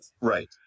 Right